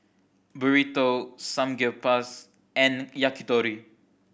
Burrito Samgeyopsal and Yakitori